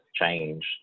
change